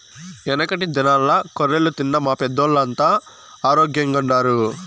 యెనకటి దినాల్ల కొర్రలు తిన్న మా పెద్దోల్లంతా ఆరోగ్గెంగుండారు